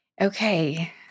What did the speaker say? Okay